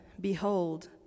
Behold